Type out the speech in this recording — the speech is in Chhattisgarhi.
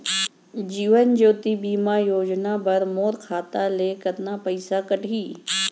जीवन ज्योति बीमा योजना बर मोर खाता ले कतका पइसा कटही?